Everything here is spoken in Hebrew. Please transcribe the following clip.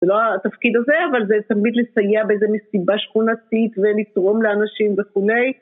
זה לא התפקיד הזה, אבל זה תמיד לסייע באיזה מסיבה שכונתית, ולתרום לאנשים וכולי...